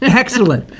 ah excellent.